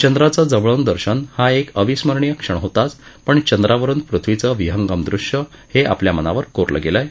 चंद्रांचं जवळून दर्शन हा एक अविस्मणीय क्षण होताच पण चंद्रावरून पृथ्वीचं विहंगम दृश्य हे आपल्या मनावर कोरलं गेलं आहे